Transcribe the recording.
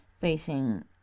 facing